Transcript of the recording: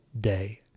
day